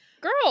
Girl